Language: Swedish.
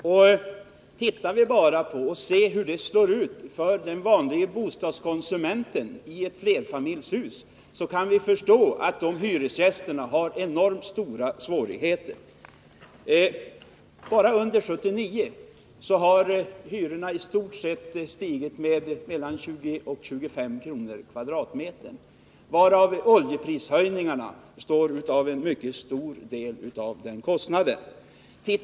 Om vi ser på hur dessa prishöjningar slår för den vanlige bostadskonsumenten i ett flerfamiljshus kan vi förstå att hyresgästerna har enormt stora svårigheter. Bara under 1979 har hyrorna i stort sett stigit med 20-25 kr. per kvadratmeter. Oljeprishöjningarna svarar för en mycket stor del av den kostnadsökningen.